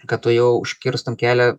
kad tuojau užkirstum kelią